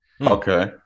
Okay